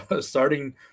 starting